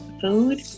food